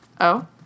Oh